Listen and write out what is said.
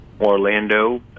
Orlando